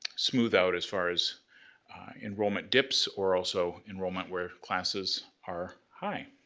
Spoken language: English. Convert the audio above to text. smooth out as far as enrollment dips or also enrollment where classes are high.